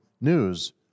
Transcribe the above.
news